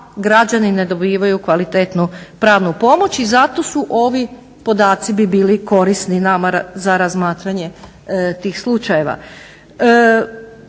građani ne dobivaju kvalitetnu pravnu pomoć i zato su ovi podaci bi bili korisni nama za razmatranje tih slučajeva.